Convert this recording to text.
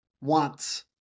wants